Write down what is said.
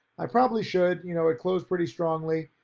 i probably should you know, it closed pretty strongly,